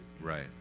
right